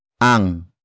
Ang